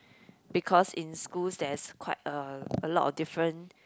because in schools there's quite a a lot of different